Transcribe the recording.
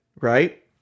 right